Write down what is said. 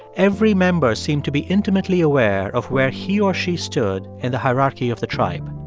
every member seemed to be intimately aware of where he or she stood in the hierarchy of the tribe.